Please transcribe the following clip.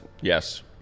Yes